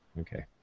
okay